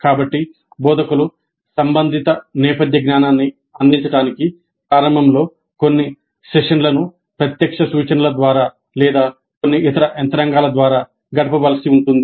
కాబట్టి బోధకులు సంబంధిత నేపథ్య జ్ఞానాన్ని అందించడానికి ప్రారంభంలో కొన్ని సెషన్లను ప్రత్యక్ష సూచనల ద్వారా లేదా కొన్ని ఇతర యంత్రాంగాల ద్వారా గడపవలసి ఉంటుంది